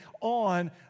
on